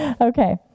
Okay